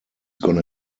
gonna